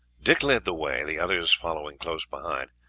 dick led the way, the others following close behind,